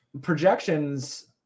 projections